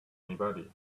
anybody